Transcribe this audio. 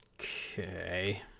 okay